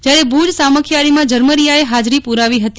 જયારે ભુજ સામખોયારીમાં ઝરમરીયા અ હાજરી પુરાવી હતી